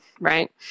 right